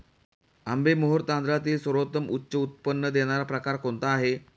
आंबेमोहोर तांदळातील सर्वोत्तम उच्च उत्पन्न देणारा प्रकार कोणता आहे?